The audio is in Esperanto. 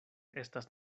estas